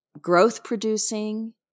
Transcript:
growth-producing